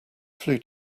flew